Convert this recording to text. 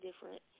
different